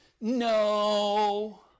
no